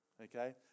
Okay